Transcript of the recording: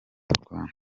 rwanda